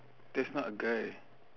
that's not a guy